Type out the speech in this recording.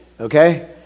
okay